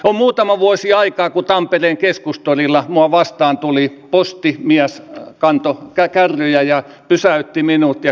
on muutama vuosi aikaa siitä kun tampereen keskustorilla minua vastaan tuli postimies kantoi kärryjä pysäytti minut ja kysyi että oletko jukka gustafsson